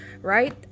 right